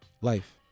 Life